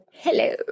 Hello